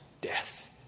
death